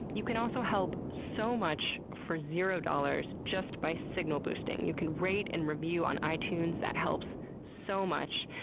you can also help so much for zero dollars just by signal-boosting. you can rate and review on itunes, that helps so much,